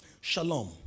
Shalom